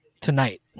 tonight